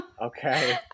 Okay